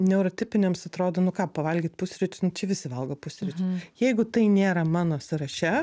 neurotipinėms atrodo nu ką pavalgyt pusryčius nu čia visi valgo pusryčius jeigu tai nėra mano sąraše